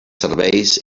serveis